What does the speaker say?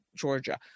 Georgia